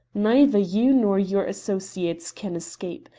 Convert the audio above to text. neither you nor your associates can escape.